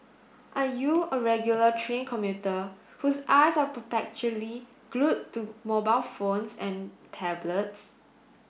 are you a regular train commuter whose eyes are perpetually glued to mobile phones and tablets